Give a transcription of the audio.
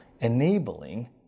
enabling